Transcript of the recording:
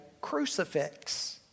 crucifix